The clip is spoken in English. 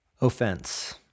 offense